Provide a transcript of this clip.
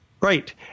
right